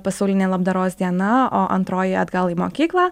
pasaulinė labdaros diena o antroji atgal į mokyklą